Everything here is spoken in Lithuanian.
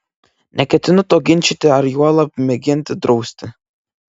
neketinu to ginčyti ar juolab mėginti drausti